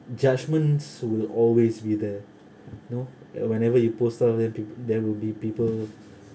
judgments will always be there you know uh that whatever you post there there will b~ there will be people